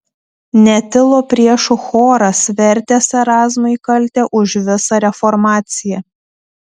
netilo priešų choras vertęs erazmui kaltę už visą reformaciją